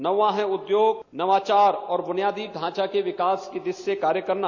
नौवां है उद्योग नवाचार और बुनियादी ढांचे के विकास की दृष्टि से कार्य करना